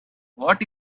what